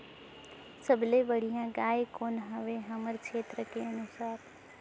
सबले बढ़िया गाय कौन हवे हमर क्षेत्र के अनुसार?